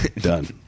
done